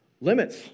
limits